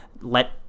Let